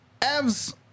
Evs